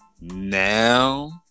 now